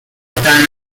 étant